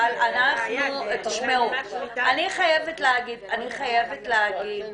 אבל אני חייבת להגיד